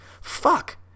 Fuck